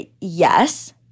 Yes